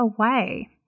away